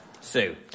Sue